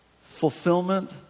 Fulfillment